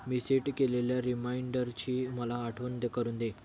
मी set केलेल्या रिमाइंडरची मला आठवण करून दे